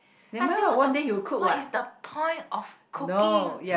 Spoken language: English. I say what's the what is the point of cooking